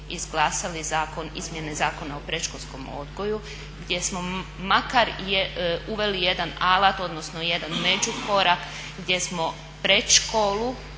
izglasali zakon, izmjene Zakona o predškolskom odgoju gdje smo makar uveli jedan alat, odnosno jedan međukorak gdje smo predškolu,